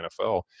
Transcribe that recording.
NFL